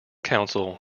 council